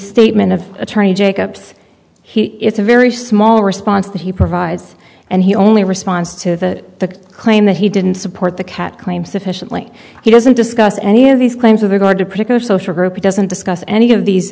statement of attorney jacobs he it's a very small response that he provides and he only response to the claim that he didn't support the cat claim sufficiently he doesn't discuss any of these claims with regard to particular social group he doesn't discuss any of these